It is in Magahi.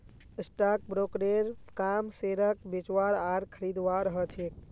स्टाक ब्रोकरेर काम शेयरक बेचवार आर खरीदवार ह छेक